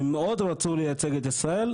הם מאוד רצו לייצג את ישראל,